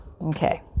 Okay